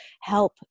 help